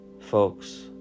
folks